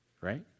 right